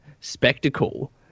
spectacle